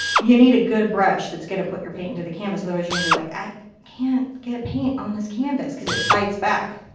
you need a good brush that's going to put your paint into the canvas. otherwise you're be like i can't get paint on this canvas. because it fights back.